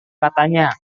katanya